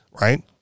right